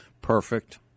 Perfect